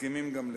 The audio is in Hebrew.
מסכימים גם לזה.